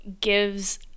gives